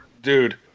Dude